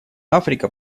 африка